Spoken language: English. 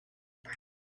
price